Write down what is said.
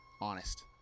honest